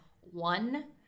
one